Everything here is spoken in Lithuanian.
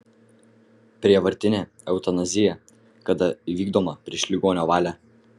prievartinė eutanazija kada įvykdoma prieš ligonio valią